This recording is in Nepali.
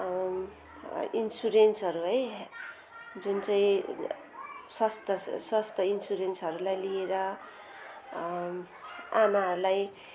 इन्सुरेन्सहरू है जुनचाहिँ स्वास्थ्य स्वास्थ्य इन्सुरेन्सहरूलाई लिएर आमाहरूलाई